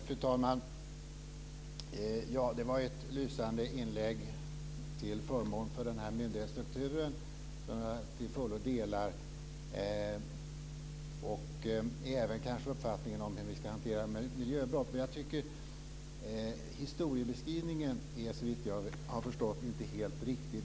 Fru talman! Det var ett lysande inlägg till förmån för den här myndighetsstrukturen som jag till fullo delar. Det gäller kanske även uppfattningen om hur vi ska hantera miljöbrott. Men historiebeskrivningen är såvitt jag har förstått inte helt riktig.